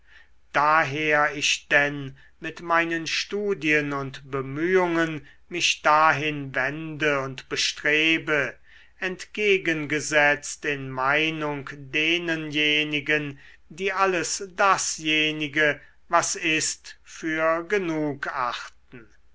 daher ich denn mit meinen studien und bemühungen mich dahin wende und bestrebe entgegengesetzt in meinung denenjenigen die alles dasjenige was ist für genug achten